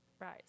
Right